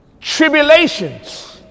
Tribulations